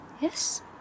Yes